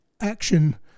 action